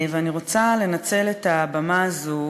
ואני רוצה לנצל את הבמה הזו